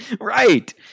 right